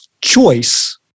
choice